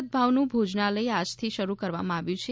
રાહતભાવનું ભોજનાલય આજથી શરૂ કરવામાં આવ્યું છે